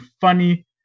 funny